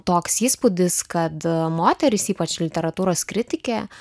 toks įspūdis kad moteris ypač literatūros kritikė